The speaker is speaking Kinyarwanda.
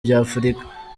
by’afurika